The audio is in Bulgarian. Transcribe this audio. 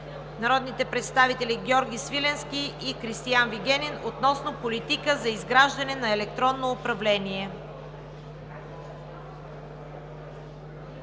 народните представители Димитър Данчев, Георги Свиленски и Кристиан Вигенин относно политика за изграждане на електронно управление.